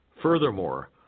Furthermore